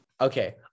okay